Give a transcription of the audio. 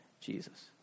Jesus